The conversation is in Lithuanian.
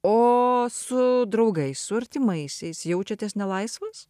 o su draugais su artimaisiais jaučiatės nelaisvas